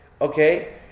Okay